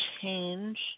change